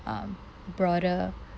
um broader